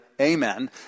Amen